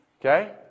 Okay